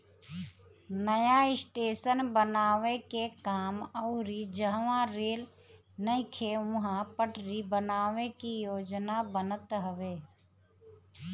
नया स्टेशन बनावे के काम अउरी जहवा रेल नइखे उहा पटरी बनावे के योजना बनत हवे